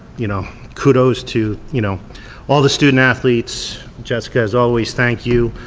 you know kudos to you know all the student athletes, jessica as always, thank you.